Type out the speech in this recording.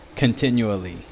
Continually